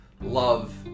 love